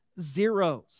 zeros